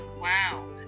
Wow